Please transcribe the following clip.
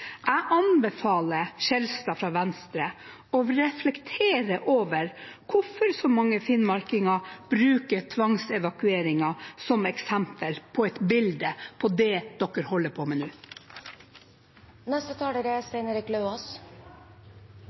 Jeg anbefaler Skjelstad fra Venstre å reflektere over hvorfor så mange finnmarkinger bruker tvangsevakueringen som et bilde på det dere holder på med